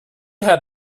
had